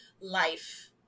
life